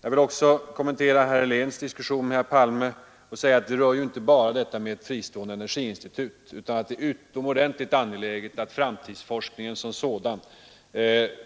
Jag vill också kommentera herr Heléns diskussion med herr Palme och säga att det gäller ju inte bara detta med ett fristående energiinstitut, utan det är utomordentligt angeläget att framtidsforskningen som sådan,